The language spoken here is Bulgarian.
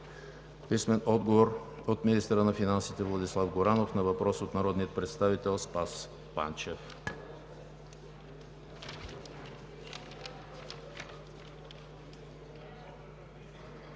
Дора Янкова; - министъра на финансите – Владислав Горанов, на въпрос от народния представител Спас Панчев.